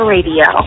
Radio